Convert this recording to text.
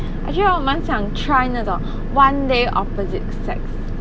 actually hor 我蛮想 try 那种 one day opposite sex